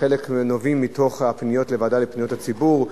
חלקם נובעים מפניות לוועדה לפניות הציבור,